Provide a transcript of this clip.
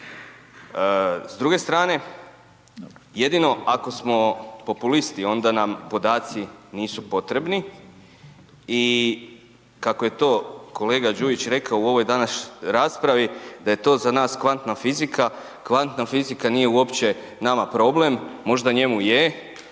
S druge strane, jedino ako smo populisti onda nam podaci nisu potrebni i kako je to kolega Đujić rekao u ovoj današnjoj raspravi da je to za nas kvantna fizika, kvantna fizika nije uopće nama problem, možda njemu je,